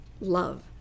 love